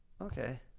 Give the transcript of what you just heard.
Okay